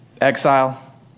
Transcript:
Exile